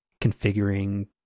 configuring